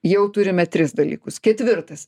jau turime tris dalykus ketvirtas